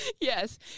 Yes